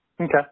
Okay